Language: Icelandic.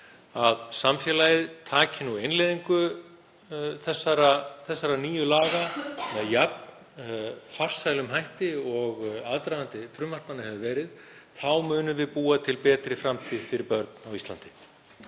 að samfélagið taki innleiðingu þessara nýju laga með jafn farsælum hætti og aðdragandi frumvarpanna hefur verið. Þá munum við búa til betri framtíð fyrir börn á Íslandi.